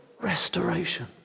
restoration